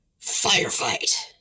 Firefight